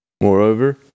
Moreover